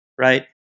right